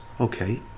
okay